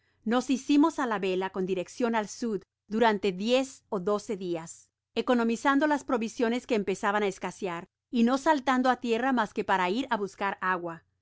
nos hicimos á la vela con direccion al snd durante diez ó doce dias economizando las provisiones que empezaban á escasear y no saltando á tierra mas que para ir á buscar agua